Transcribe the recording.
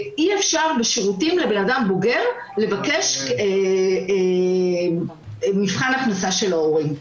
ואי-אפשר בשירותים לבן אדם בוגר לבקש מבחן הכנסה של ההורים,